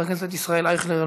חבר הכנסת ישראל אייכלר,